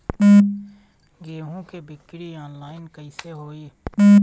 गेहूं के बिक्री आनलाइन कइसे होई?